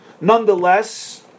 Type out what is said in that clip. Nonetheless